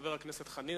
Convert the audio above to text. חבר הכנסת חנין,